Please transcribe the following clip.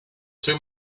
too